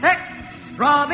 Extra